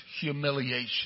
humiliation